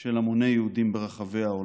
של המוני יהודים ברחבי העולם.